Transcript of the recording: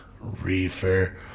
Reefer